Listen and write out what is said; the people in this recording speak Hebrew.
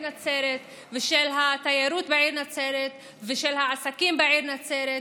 נצרת ושל התיירות בעיר נצרת ושל העסקים בעיר נצרת,